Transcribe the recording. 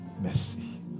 mercy